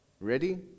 Ready